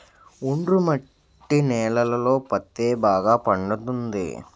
ఒండ్రు మట్టి నేలలలో పత్తే బాగా పండుతది